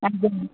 ଆଜ୍ଞା